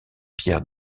pierre